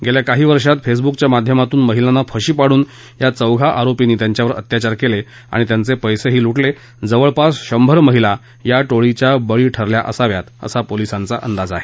गेल्या काही वर्षांत फेसबुकच्या माध्यमांतून महिलांना फशी पाडून या चौघा आरोपींनी त्यांच्यावर अत्याचार केले आणि त्यांचे पैसेही लु ाेले जवळपास शंभर महिला या ोळीच्या बळी ठरल्या असाव्यात असा पोलिसांचा अंदाज आहे